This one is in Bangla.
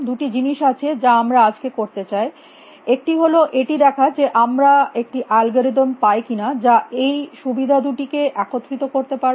দুটি জিনিস আছে যা আমরা আজকে করতে চাই একটি হল এটি দেখা যে আমরা একটি অ্যালগরিদম পাই কিনা যা এই সুবিধা দুটি কে একত্রিত করতে পারবে